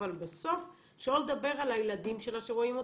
אבל בסוף שלא לדבר על הילדים שלה שרואים אותה,